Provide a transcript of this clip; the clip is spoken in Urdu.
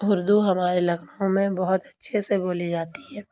اردو ہمارے لکھنؤ میں بہت اچھے سے بولی جاتی ہے